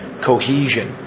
cohesion